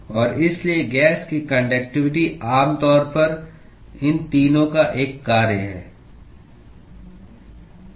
और इसलिए गैस की कान्डक्टिवटी आमतौर पर इन तीनों का एक कार्य है